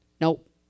Nope